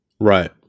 Right